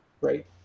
Right